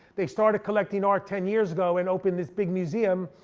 they started collecting art ten years ago, and opened this big museum.